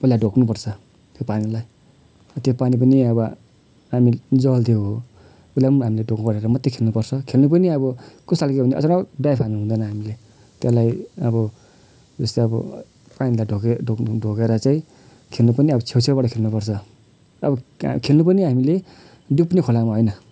पहिला ढोग्नु पर्छ त्यो पानीलाई त्यो पानी पनि अब हामी जलदेव हो ऊलाई पनि हामीले ढोग गरेर मात्रै खेल्नुपर्छ खेल्नु पनि अब कस्तो खाल्के भन्दा अचानक डाइभ हान्नु हुँदैन हामीले त्यसलाई अब जस्तै अब पानीलाई ढोके ढोक्नु ढोकेर चाहिँ खेल्नु पनि अब छेउ छेउबटा खेल्नुपर्छ अब कहाँ खेल्नु पनि हामीले डुब्ने खोलामा होइन